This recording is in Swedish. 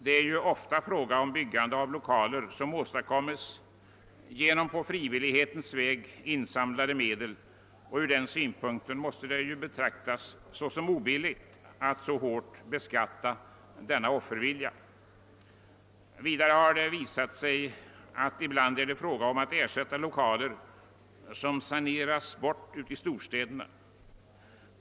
Det är ofta fråga om uppförande av lokaler som åstadkommes genom på frivillighetens väg insamlade medel, och från den synpunkten måste det betraktas som obilligt att så hårt beskatta denna offervilja. Vidare har det visat sig att det ibland är fråga om att ersätta lokaler som saneras bort i storstäderna.